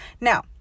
Now